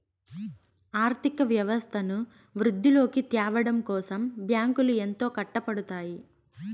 ఆర్థిక వ్యవస్థను వృద్ధిలోకి త్యావడం కోసం బ్యాంకులు ఎంతో కట్టపడుతాయి